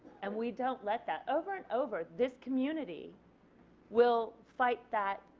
and we don't let that over and over this community will fight that,